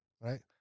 right